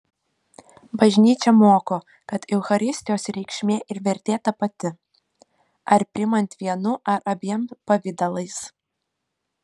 bažnyčia moko kad eucharistijos reikšmė ir vertė ta pati ar priimant vienu ar abiem pavidalais